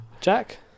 jack